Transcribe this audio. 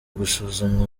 gusuzumwa